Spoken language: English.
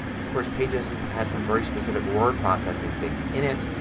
of course, pages has some very specific word processing things in it.